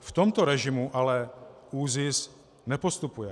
V tomto režimu ale ÚZIS nepostupuje.